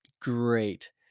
great